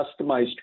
customized